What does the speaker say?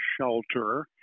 shelter